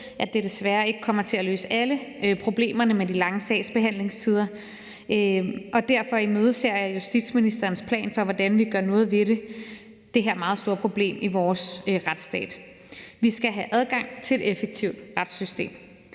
at det desværre ikke kommer til at løse alle problemerne med de lange sagsbehandlingstider, og derfor imødeser jeg justitsministerens plan for, hvordan vi gør noget ved det her meget store problem i vores retsstat. Vi skal have adgang til et effektivt retssystem.